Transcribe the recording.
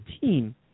team